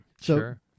Sure